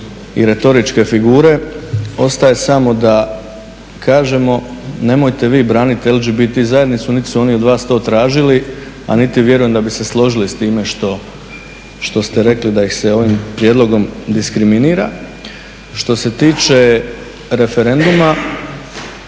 i retoričke figure ostaje samo da kažemo nemojte vi braniti LGBT zajednicu niti su oni od vas to tražili, a niti vjerujem da bi se složili s time što ste rekli da ih se ovim prijedlogom diskriminira. Što se tiče referenduma,